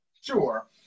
Sure